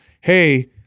Hey